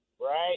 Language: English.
right